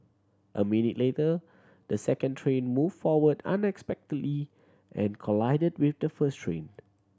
a minute later the second train moved forward unexpectedly and collided with the first train